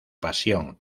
pasión